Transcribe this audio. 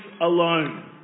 alone